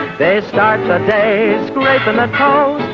they start a day away from the town